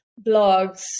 blogs